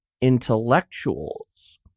intellectuals